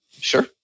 Sure